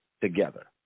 together